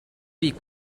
week